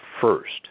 first